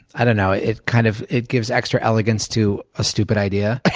i don't know it kind of it gives extra elegance to a stupid idea